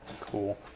Cool